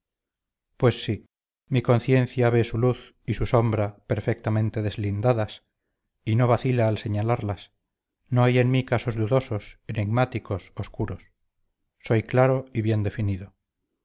pues sí mi conciencia ve su luz y su sombra perfectamente deslindadas y no vacila al señalarlas no hay en mí casos dudosos enigmáticos obscuros soy claro y bien definido